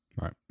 Right